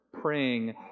praying